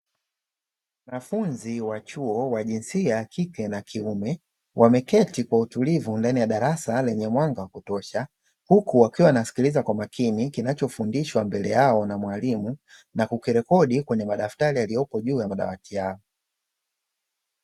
Wanafunzi wa chuo wa jinsia ya kike na kiume, wameketi kwa utulivu ndani ya darasa lenye mwanga wa kutosha, huku wakiwa wanasikiliza kwa makini kinachofundishwa mbele yao na mwalimu, na kukirekodi kwenye madaftari yaliyopo juu ya madawati yao.